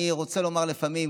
אני רוצה לומר לפעמים,